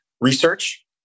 research